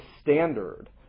standard